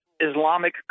Islamic